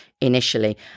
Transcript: initially